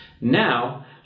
Now